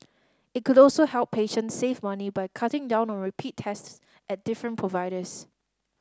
it could also help patients save money by cutting down on repeat tests at different providers